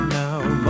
now